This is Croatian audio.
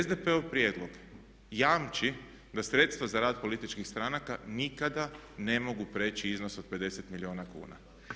SDP-ov prijedlog jamči da sredstva za rad političkih stranaka nikada ne mogu prijeći iznos od 50 milijuna kuna.